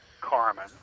Carmen